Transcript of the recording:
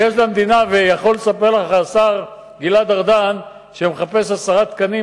ויכול לספר לך השר גלעד ארדן שהוא מחפש עשרה תקנים